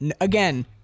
Again